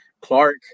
Clark